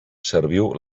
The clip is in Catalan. serviu